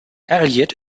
elliott